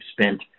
spent